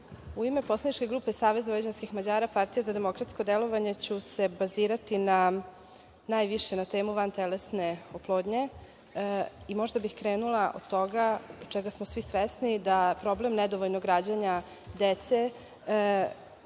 u ime Poslaničke grupe Saveza vojvođanskih Mađara – Partija za demokratsko delovanje, baziraću se najviše na temu vantelesne oplodnje. Krenula bih od toga čega smo svi svesni, da problem nedovoljnog rađanja dece